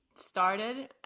started